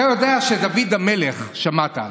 אתה יודע שדוד המלך, שמעת עליו,